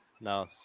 No